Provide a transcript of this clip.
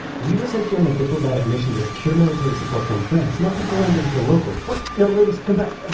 we were sent here on a diplomatic mission to secure military support from france, not to philander with the locals. wait, no, ladies come back!